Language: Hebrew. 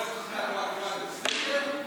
מועצת חכמי התורה קובעת את הסדר,